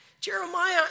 Jeremiah